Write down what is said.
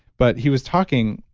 but he was talking,